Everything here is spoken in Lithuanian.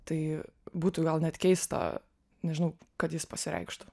tai būtų gal net keista nežinau kad jis pasireikštų